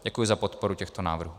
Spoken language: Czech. Děkuji za podporu těchto návrhů.